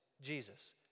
Jesus